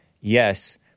yes